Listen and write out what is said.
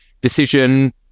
decision